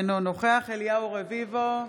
אינו נוכח אליהו רביבו,